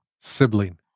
sibling